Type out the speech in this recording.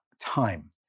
time